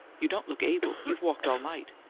you don't look able. you've walked all night.